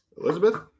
Elizabeth